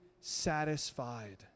satisfied